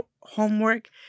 homework